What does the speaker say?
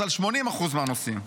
אז על 80% מהנושאים.